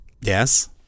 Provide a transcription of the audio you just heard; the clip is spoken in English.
yes